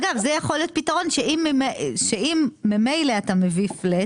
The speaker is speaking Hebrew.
אגב, זה יכול להיות פתרון שאם ממילא אתה מביא פלט